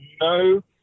no